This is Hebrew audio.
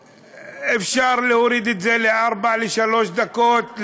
שאפשר להוריד את זה לארבע או שלוש דקות,